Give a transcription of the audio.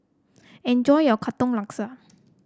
enjoy your Katong Laksa